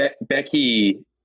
Becky